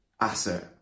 asset